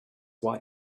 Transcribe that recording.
why